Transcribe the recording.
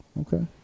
Okay